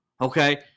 Okay